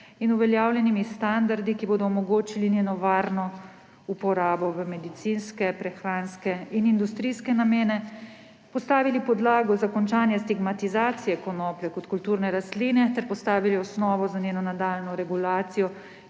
uveljavljenimi standardi, ki bodo omogočili njeno varno uporabo v medicinske, prehranske in industrijske namene, postavili podlago za končanje stigmatizacije konoplje kot kulturne rastline ter postavili osnovo za njeno nadaljnjo regulacijo tudi